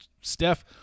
Steph